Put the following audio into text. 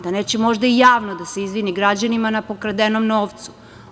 Da neće možda i javno da se izvini građanima na pokradenom novcu?